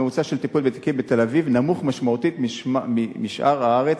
הממוצע של טיפול בתיקים בתל-אביב נמוך משמעותית משאר הארץ,